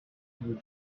you